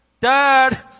dad